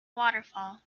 waterfall